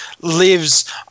lives